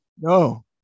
No